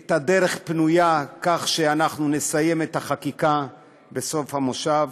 את הדרך פנויה, כך שנסיים את החקיקה בסוף המושב,